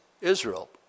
Israel